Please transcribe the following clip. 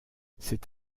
c’est